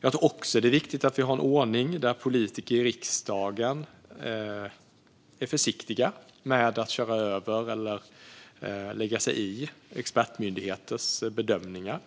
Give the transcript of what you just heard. Det är också viktigt att vi har en ordning där politiker i riksdagen är försiktiga med att köra över eller lägga sig i expertmyndigheters bedömningar.